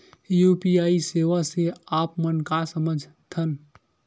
UPI सेवा से आप मन का समझ थान?